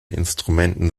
instrumenten